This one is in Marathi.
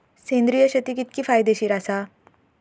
सेंद्रिय शेती कितकी फायदेशीर आसा?